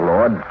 Lord